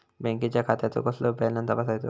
बँकेच्या खात्याचो कसो बॅलन्स तपासायचो?